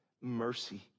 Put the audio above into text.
mercy